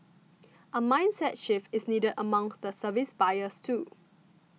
a mindset shift is needed among the service buyers too